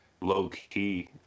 low-key